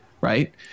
right